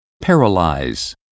Paralyze